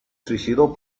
suicidó